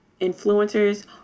influencers